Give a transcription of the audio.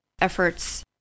efforts